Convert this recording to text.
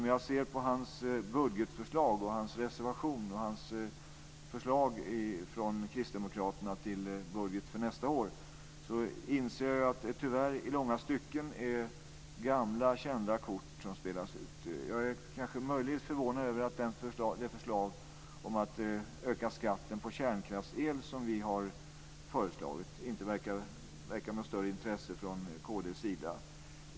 Om jag ser på hans budgetförslag, hans reservation och kristdemokraternas förslag till budget för nästa år inser jag att det tyvärr i långa stycken är gamla kända kort som spelas ut. Jag är möjligen förvånad över att det förslag om att öka skatten på kärnkraftsel som vi har presenterat inte verkar väcka något större intresse från kd:s sida.